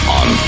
on